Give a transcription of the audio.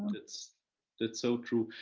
that's that's so true.